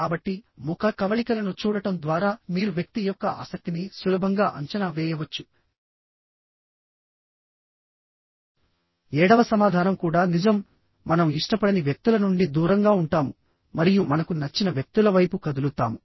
కాబట్టిముఖ కవళికలను చూడటం ద్వారా మీరు వ్యక్తి యొక్క ఆసక్తిని సులభంగా అంచనా వేయవచ్చుఏడవ సమాధానం కూడా నిజంమనం ఇష్టపడని వ్యక్తుల నుండి దూరంగా ఉంటాము మరియు మనకు నచ్చిన వ్యక్తుల వైపు కదులుతాము